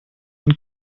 und